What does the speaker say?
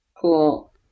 Cool